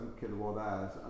kilowatt-hours